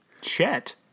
Chet